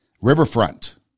Riverfront